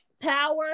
power